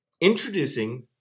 Introducing